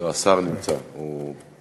לא, השר נמצא פה.